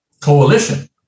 coalition